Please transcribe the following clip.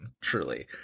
Truly